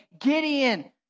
Gideon